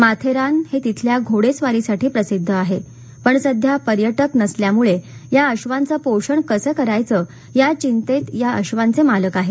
माथेरान हे तिथल्या घोडेस्वारीसाठी प्रसिद्ध आहे पण सध्या पर्यटक नसल्यामुळे या अबांचं पोषण कसं करायचं या चिंतेत या अश्वांचे मालक आहेत